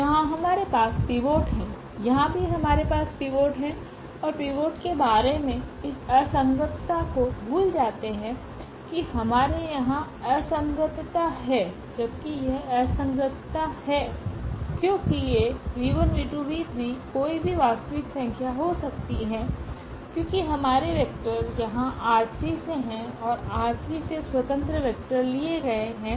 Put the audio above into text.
यहाँ हमारे पास पिवोट हैं यहाँ भी हमारे पास पिवोट हैं और पिवोट के बारे मे इस असंगतता को भूल जाते हैं कि हमारे यहाँ असंगतता है जबकि यह असंगतता है क्योंकि ये कोई भी वास्तविक संख्या हो सकती हैं क्योंकि हमारे वेक्टर यहाँ ℝ3 से हैं और ℝ3 से स्वतंत्र वेक्टर लिए गए हैं